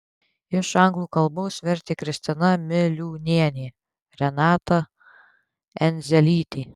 iš anglų kalbos vertė kristina miliūnienė renata endzelytė